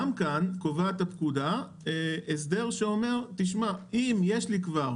גם כאן קובעת הפקודה הסדר שאומר שאם יש לי כבר